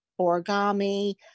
origami